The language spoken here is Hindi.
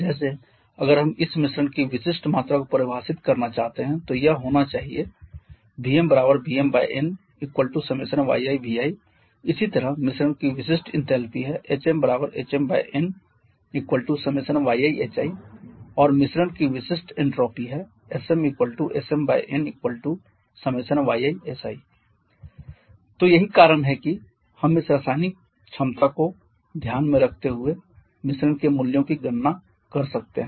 जैसे अगर हम इस मिश्रण की विशिष्ट मात्रा को परिभाषित करना चाहते हैं तो यह होना चाहिए vmVmni1kyivi इसी तरह मिश्रण की विशिष्ट इनथैलपी है hmHmni1kyi hi और मिश्रण की विशिष्ट एन्ट्रॉपी है smSmni1kyi si तो यही कारण है कि हम इस रासायनिक क्षमता को ध्यान में रखते हुए मिश्रण के मूल्यों की गणना कर सकते हैं